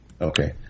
Okay